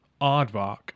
Aardvark